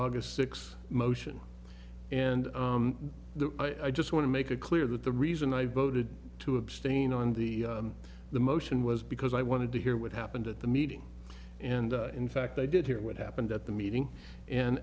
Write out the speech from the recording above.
aug sixth motion and the i just want to make it clear that the reason i voted to abstain on the the motion was because i wanted to hear what happened at the meeting and in fact i did hear what happened at the meeting and